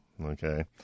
Okay